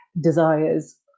desires